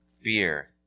Fear